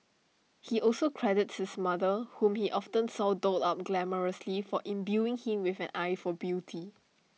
he also credits his mother whom he often saw dolled up glamorously for imbuing him with an eye for beauty